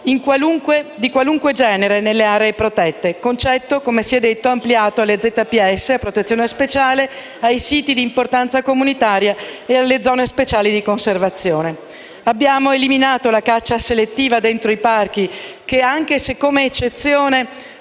di qualunque genere nelle aree protette; concetto, come si è detto, ampliato alle zone a protezione speciale ai siti di importanza comunitaria e alle zone speciali di conservazione. Abbiamo eliminato la caccia selettiva dentro i parchi, che era prevista come eccezione